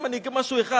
אני אקרא משהו אחד.